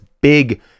big